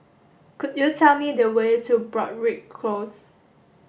could you tell me the way to Broadrick Close